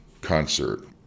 concert